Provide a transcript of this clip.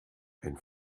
ein